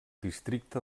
districte